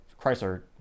Chrysler